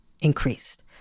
increased